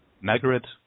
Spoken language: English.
Margaret